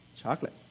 chocolate